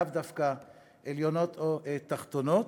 לאו דווקא עליונות או תחתונות.